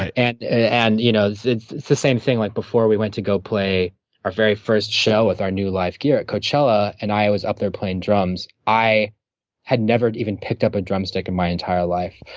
ah and and, you know, it's the same thing. like before we went to go play our very first show with our new live gear at coachella, and i was up there playing drums, i had never even picked up a drum stick in my entire life,